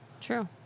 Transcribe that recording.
True